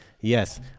Yes